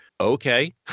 Okay